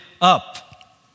up